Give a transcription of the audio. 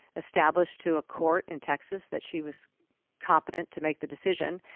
established to a court in texas that she was competent to make the decision.